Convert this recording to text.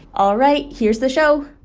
all right. here's the show